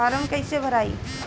Form कईसे भराई?